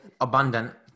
abundant